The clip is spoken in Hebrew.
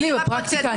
בפרוצדורה.